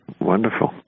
wonderful